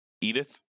Edith